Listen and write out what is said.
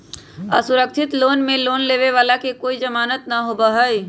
असुरक्षित लोन में लोन लेवे वाला के कोई जमानत न होबा हई